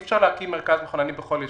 אי אפשר להקים מרכז למחוננים בכל יישוב.